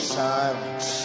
silence